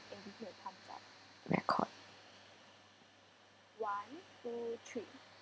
record